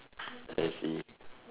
I see